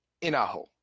Inaho